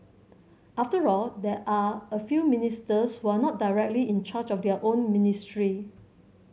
after all there are a few ministers who are not directly in charge of their own ministry